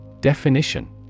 Definition